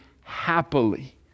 happily